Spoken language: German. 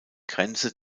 grenze